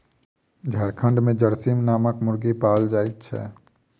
झारखंड मे झरसीम नामक मुर्गी पाओल जाइत छै